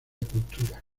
cultura